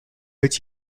which